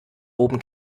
oben